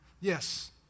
Yes